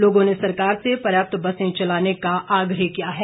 लोगों ने सरकार से पर्याप्त बसें चलाने का आग्रह किया है